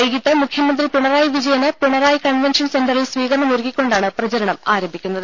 വൈകീട്ട് മുഖ്യമന്ത്രി പിണറായി വിജയന് പിണറായി കൺവെൻഷൻ സെന്ററിൽ സ്വീകരണമൊരുക്കിക്കൊണ്ടാണ് പ്രചരണം ആരംഭിക്കുന്നത്